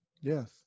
Yes